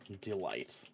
delight